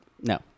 No